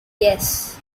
yes